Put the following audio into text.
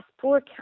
poor